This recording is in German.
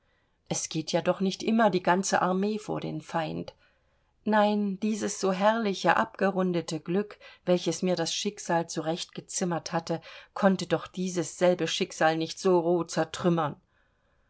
es geht ja doch nicht immer die ganze armee vor den feind nein dieses so herrliche abgerundete glück welches mir das schicksal zurecht gezimmert hatte konnte doch dieses selbe schicksal nicht so roh zertrümmern